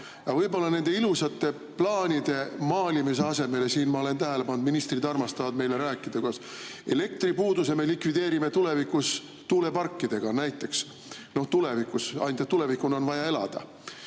võib-olla nende ilusate plaanide maalimise asemel siin – ma olen tähele pannud, ministrid armastavad meile rääkida, kuidas elektripuuduse me likvideerime tulevikus tuuleparkidega näiteks, noh, tulevikus, ainult et tulevikuni on vaja elada